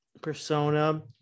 persona